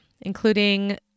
including